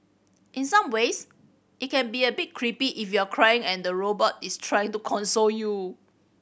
in some ways it can be a bit creepy if you're crying and the robot is try to console you